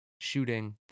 shooting